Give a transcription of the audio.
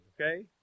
okay